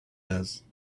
else